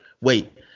wait